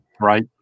right